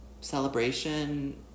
celebration